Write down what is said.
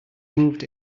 moved